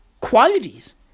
qualities